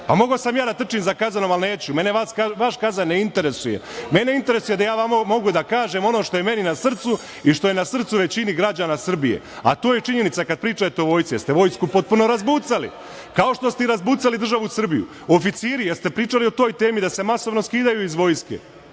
Pa, mogao sam ja da trčim za kazanom, ali neću, mene vaš kazan ne interesuje. Mene interesuje da ja vama mogu da kažem ono što je meni na srcu i što je na srcu većini građana Srbije, a to je činjenica, kad pričate o vojsci, jer ste vojsku potpuno razbucali, kao što ste i razbucali državu Srbiju. Oficiri, jeste li pričali o toj temi, da se masovno skidaju iz vojske?